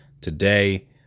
today